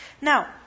Now